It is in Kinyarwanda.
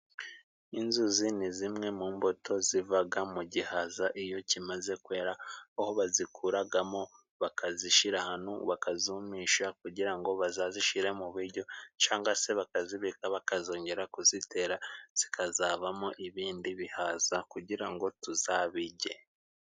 Inzuzi ni zimwe mu mbuto zivaga mu gihaza iyo kimaze kwera, aho bazikuragamo bakazishyira ahantu bakazumisha, kugira ngo bazazishire mu biryo cyangwa se bakazibika bakazongera kuzitera zikazavamo ibindi bihaza, kugira ngo tuzabirye.